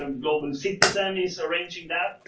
um global citizen is arranging that.